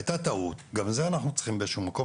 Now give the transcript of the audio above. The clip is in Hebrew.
הייתה טעות וגם בזה אנחנו צריכים באיזה שהוא מקום